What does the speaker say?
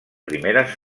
primeres